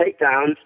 takedowns